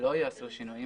שלא יעשו שינויים